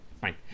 fine